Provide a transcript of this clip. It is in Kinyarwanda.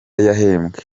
yahembwe